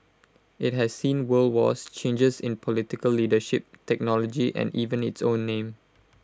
IT has seen world wars changes in political leadership technology and even its own name